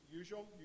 usual